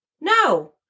no